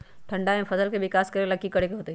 ठंडा में फसल के विकास ला की करे के होतै?